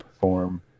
form